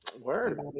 Word